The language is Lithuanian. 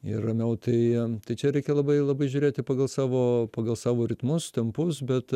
ir ramiau tai tai čia reikia labai labai žiūrėti pagal savo pagal savo ritmus tempus bet